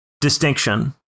distinction